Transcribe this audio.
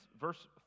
verse